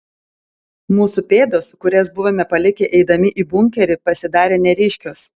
mūsų pėdos kurias buvome palikę eidami į bunkerį pasidarė neryškios